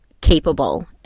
capable